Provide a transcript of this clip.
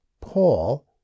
Paul